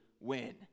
win